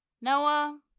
Noah